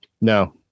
No